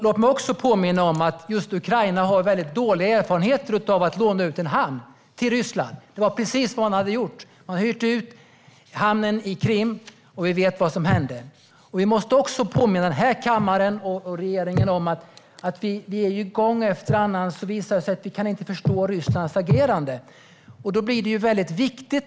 Låt mig också påminna om att just Ukraina har dåliga erfarenheter av att låna ut en hamn till Ryssland. Det var precis vad man hade gjort. Man hade hyrt ut hamnen i Krim, och vi vet vad som hände. Vi måste också påminna kammaren och regeringen om att vi gång efter annan inte förstår Rysslands agerande.